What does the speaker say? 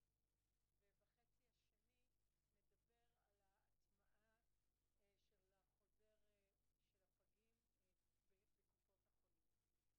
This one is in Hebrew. ובחלק השני נדבר על ההטמעה של חוזר הפג בקופות החולים.